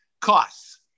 costs